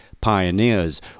pioneers